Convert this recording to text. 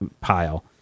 pile